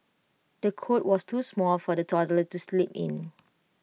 the cot was too small for the toddler to sleep in